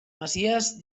masies